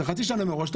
חצי שנה מראש,